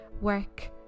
work